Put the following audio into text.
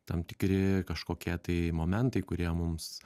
tam tikri kažkokie tai momentai kurie mums